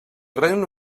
regne